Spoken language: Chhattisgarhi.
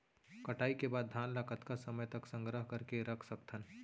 कटाई के बाद धान ला कतका समय तक संग्रह करके रख सकथन?